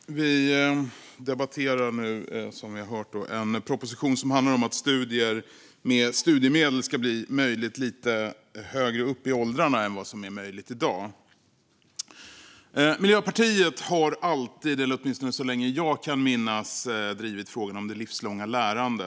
Fru talman! Vi debatterar nu, som vi har hört, en proposition som handlar om att studier med studiemedel ska bli möjligt lite högre upp i åldrarna än vad som är fallet i dag. Miljöpartiet har alltid - eller åtminstone så länge jag kan minnas - drivit frågan om det livslånga lärandet.